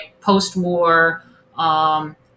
post-war